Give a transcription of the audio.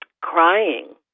crying